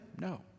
no